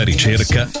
ricerca